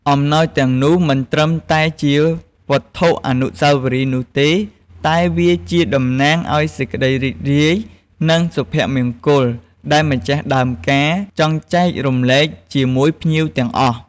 អំណោយទាំងនោះមិនត្រឹមតែជាវត្ថុអនុស្សាវរីយ៍នោះទេ តែវាជាតំណាងឲ្យសេចក្តីរីករាយ និងសុភមង្គលដែលម្ចាស់ដើមការ ចង់ចែករំលែកជាមួយភ្ញៀវទាំងអស់។